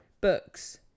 Books